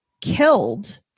killed –